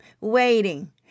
Waiting